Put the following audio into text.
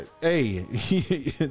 hey